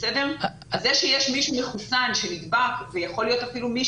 זה שיש מישהו מחוסן שנדבק ויכול להיות אפילו מי